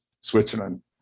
switzerland